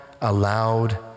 allowed